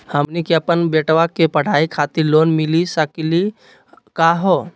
हमनी के अपन बेटवा के पढाई खातीर लोन मिली सकली का हो?